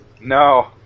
No